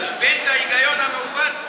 אתה מבין את ההיגיון המעוות?